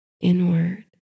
inward